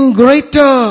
greater